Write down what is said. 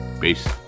Peace